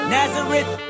Nazareth